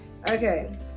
okay